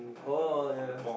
oh yeah yeah